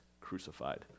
crucified